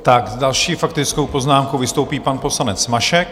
S další faktickou poznámkou vystoupí pan poslanec Mašek.